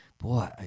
boy